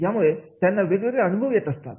यामुळे त्यांना वेगवेगळे अनुभव येत असतात